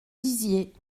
dizier